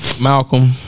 Malcolm